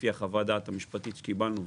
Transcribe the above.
לפי חוות הדעת המשפטית שקיבלנו,